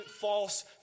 false